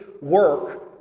work